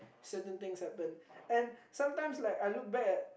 certain things happen and sometimes like I look back at